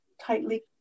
tightly